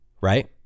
right